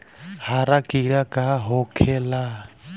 हरा कीड़ा का होखे ला?